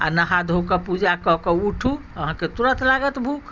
आ नहा धो कऽ पूजा कऽ कऽ ऊठु अहाँकेँ तुरत लागत भूख